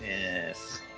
Yes